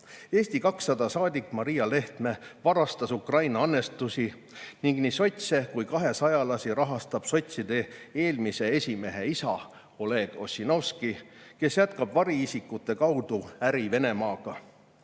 Eesti 200 saadik Maria Lehtme varastas Ukraina annetusi ning nii sotse kui ka kahesajalasi rahastab sotside eelmise esimehe isa Oleg Ossinovski, kes jätkab variisikute kaudu äri Venemaaga.